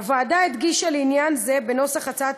הוועדה הדגישה לעניין זה בנוסח הצעת